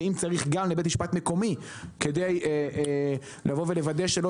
ואם צריך גם לבית משפט מקומי כדי לוודא שלא